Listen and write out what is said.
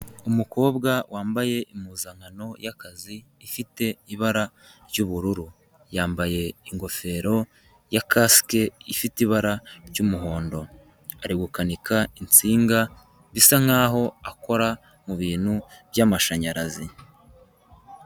Umukobwa wambaye impuzankano yakazi ifite ibara ry'ubururu yambaye ingofero ya cask ifite ibara ry'umuhondo ari gukanika insinga bisa nkaho akora mubintu byamashanyarazi